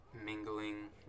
mingling